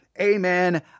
Amen